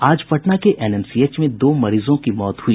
आज पटना के एनएमसीएच में दो मरीजों की मौत हुई